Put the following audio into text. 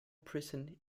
prison